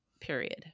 period